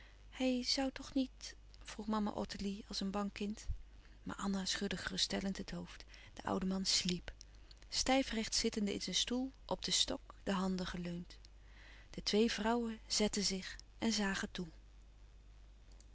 hij zoû toch niet vroeg mama ottilie als een bang kind maar anna schudde geruststellend het hoofd de oude man sliep stijfrecht zittende in zijn stoel op den stok de handen geleund de twee vrouwen zetten zich en zagen toe